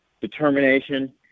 determination